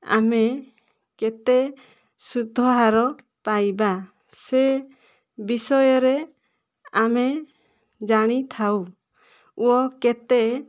ଆମେ କେତେ ସୁଧହାର ପାଇବା ସେ ବିଷୟରେ ଆମେ ଜାଣିଥାଉ ଓ କେତେ